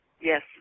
Yes